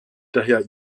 daher